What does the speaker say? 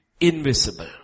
invisible